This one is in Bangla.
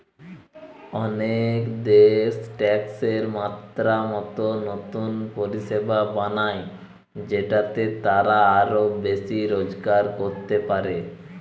অনেক দেশ ট্যাক্সের মাত্রা মতো নতুন পরিষেবা বানায় যেটাতে তারা আরো বেশি রোজগার করতে পারে